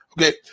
Okay